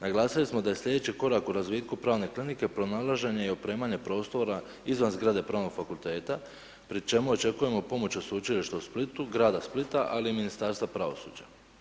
Naglasili smo da je sljedeći korak u razvitku pravne klinike pronalaženje i opremanje prostora izvan zgrade Pravnog fakulteta, pri čemu očekujemo pomoć od Sveučilišta u Splitu, grada Splita ali i Ministarstva pravosuđa.